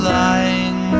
lying